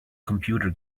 computer